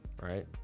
right